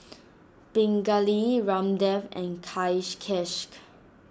Pingali Ramdev and